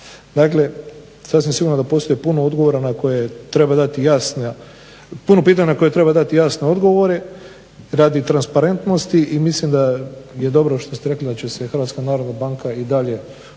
na koje treba dati jasna, puno pitanja na koja treba dati jasne odgovore radi transparentnosti i mislim da je dobro što ste rekli da će se Hrvatska narodna